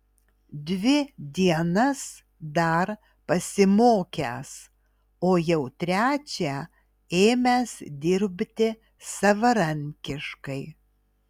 dvi dienas dar pasimokęs o jau trečią ėmęs dirbti savarankiškai